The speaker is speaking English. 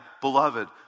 beloved